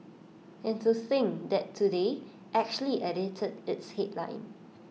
and to think that today actually edited its headline